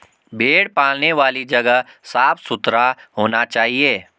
भेड़ पालने वाली जगह साफ सुथरा होना चाहिए